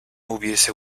hubiese